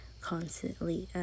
constantly